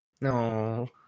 No